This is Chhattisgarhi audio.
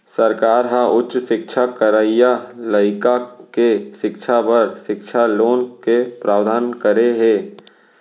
सरकार ह उच्च सिक्छा करइया लइका के सिक्छा बर सिक्छा लोन के प्रावधान करे हे